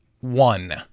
one